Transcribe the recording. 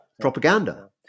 propaganda